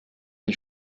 ich